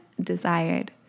desired